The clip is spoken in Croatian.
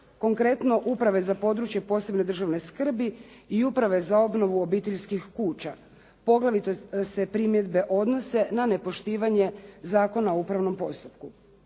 konkretno Uprave za područje posebne državne skrbi i Uprave za obnovu obiteljskih kuća. Poglavito se primjedbe odnose na nepoštivanje Zakona o upravnom postupku.